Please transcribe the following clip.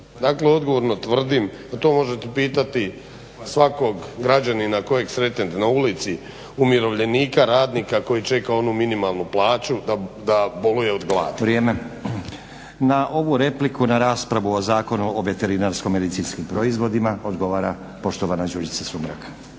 Dakle odgovorno tvrdim a to možete pitati svakog građanina kojeg sretnete na ulici, umirovljenika, radnika koji čeka onu minimalnu plaću da boluje od gladi. **Stazić, Nenad (SDP)** Vrijeme. Na ovu repliku na raspravu o zakonu o veterinarsko-medicinskim proizvodima odgovara poštovana Đurđica Sumrak.